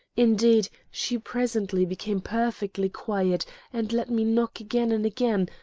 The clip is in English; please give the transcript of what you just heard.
indeed, she presently became perfectly quiet and let me knock again and again,